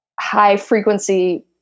high-frequency